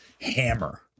hammer